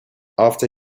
after